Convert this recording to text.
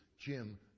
Jim